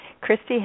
Christy